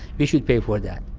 we should pay for that.